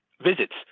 visits